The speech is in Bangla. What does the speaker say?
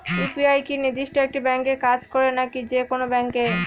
ইউ.পি.আই কি নির্দিষ্ট একটি ব্যাংকে কাজ করে নাকি যে কোনো ব্যাংকে?